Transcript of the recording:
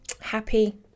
Happy